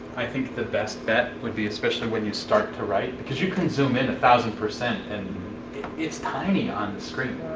i think the best bet would be, especially when you start to write, because you zoom in a thousand percent and it's tiny on the screen.